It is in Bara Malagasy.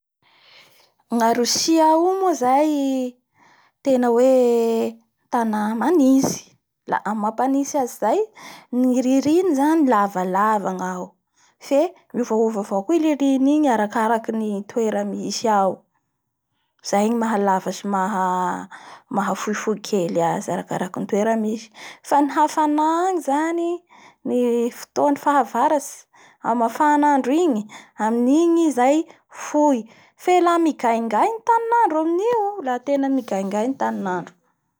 Ny a Rousia ao io moa zay tena hoe tana manintsy. La amin'ny mampanitsy azy zay da ny ririny nzany lavalava ny ao fe miovaova avao koa i ririny igny arakaraky ny toera misy ao. Izay ro maha lava sy maha fohifohy kely azy arakarakin'ny toera misy fe ny hafana agny zany ny fotoan'ny faha varatsy amin'ny mafana andro igny. Amin'ny igny i zay fohy fe la migigay ny taninandro aminio la tena migaigay ny taninandro.